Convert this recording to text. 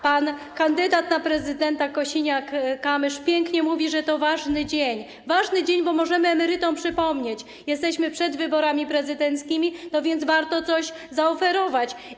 Pan kandydat na prezydenta Kosiniak-Kamysz pięknie mówi, że to ważny dzień, bo my możemy emerytom przypomnieć, bo jesteśmy przed wyborami prezydenckimi, więc warto coś zaoferować.